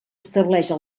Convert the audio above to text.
estableixen